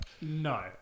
No